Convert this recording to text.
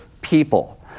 people